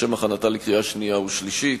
לשם הכנתה לקריאה שנייה ושלישית.